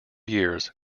years